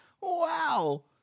wow